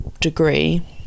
degree